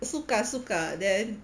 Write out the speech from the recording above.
suka suka then